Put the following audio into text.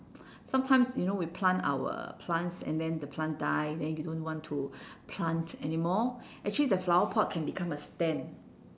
sometimes you know we plant our plants and then the plant die then you don't want to plant anymore actually the flower pot can become a stand